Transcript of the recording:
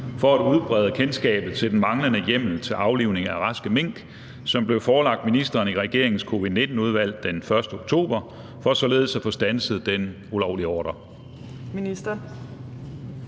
for at udbrede kendskabet til den manglende hjemmel til aflivning af raske mink, som blev forelagt ministeren i regeringens Covid-19-udvalg den 1. oktober, for således at få standset den ulovlige ordre?